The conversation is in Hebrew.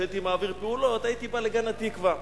כשהייתי מעביר פעולות, הייתי בא לגן-התקווה.